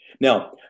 Now